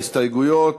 להסתייגויות,